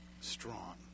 strong